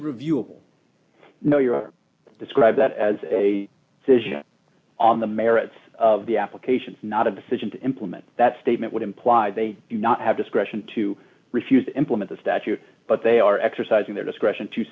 reviewable no you described that as a vision on the merits of the application not a decision to implement that statement would imply they do not have discretion to refuse to implement the statute but they are exercising their discretion to